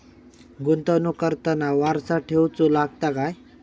गुंतवणूक करताना वारसा ठेवचो लागता काय?